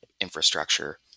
infrastructure